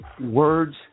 Words